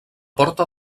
porta